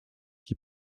qui